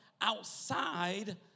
outside